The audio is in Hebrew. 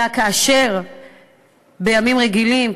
אלא בימים רגילים,